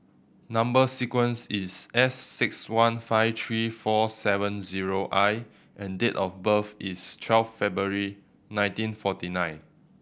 number sequence is S six one five three four seven zero I and date of birth is twelve February nineteen forty nine